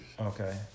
Okay